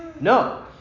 No